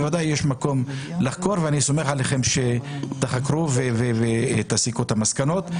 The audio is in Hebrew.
בוודאי שיש מקום לחקור ואני סומך עליכם שתחקרו ותסיקו את המסקנות.